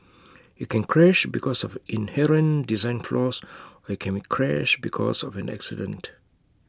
IT can crash because of inherent design flaws or can IT crash because of an accident